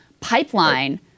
pipeline